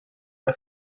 bei